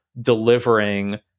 delivering